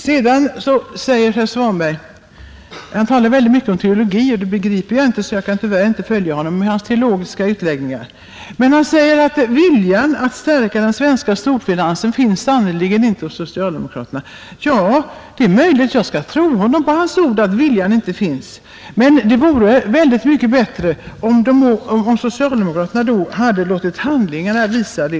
Herr Svanberg talar väldigt mycket om teologi — teologi kan jag inte, varför jag tyvärr inte kan följa honom i alla hans svängningar. Men han säger att viljan att stärka den svenska storfinansen sannerligen inte finns hos socialdemokraterna. Det är möjligt — jag vill gärna tro honom på hans ord att viljan inte finns. Men det vore mycket bättre om socialdemokraterna då hade låtit även handlingarna visa det.